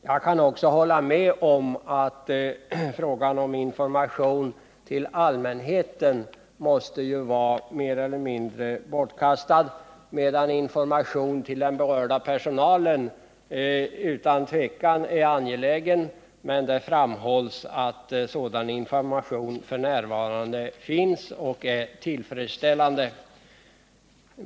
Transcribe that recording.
Jag kan hålla med om att information till allmänheten måste vara mer eller mindre bortkastad, men information till den berörda personalen är utan tvivel angelägen. Det framhålls dock att sådan information f. n. finns och är tillfredsställande.